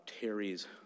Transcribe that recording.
Terry's